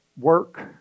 Work